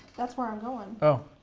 that's where i'm going. oh,